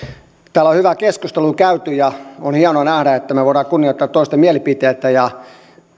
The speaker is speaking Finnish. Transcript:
täällä on hyvää keskustelua käyty ja on hienoa nähdä että me voimme kunnioittaa toistemme mielipiteitä ja